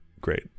Great